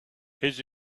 his